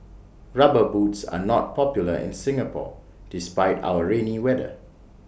rubber boots are not popular in Singapore despite our rainy weather